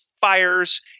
fires